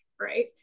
right